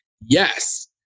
Yes